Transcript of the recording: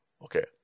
Okay